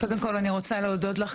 קודם כול אני רוצה להודות לך,